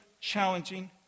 challenging